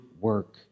work